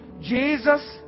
Jesus